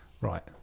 Right